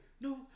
no